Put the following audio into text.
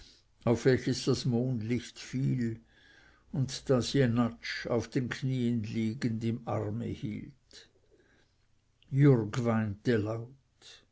auf welches das mondlicht fiel und das jenatsch auf den knieen liegend im arme hielt jürg weinte laut